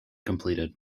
completed